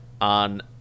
on